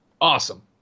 awesome